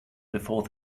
before